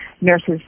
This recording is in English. nurses